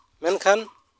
ᱢᱮᱱᱠᱷᱟᱱ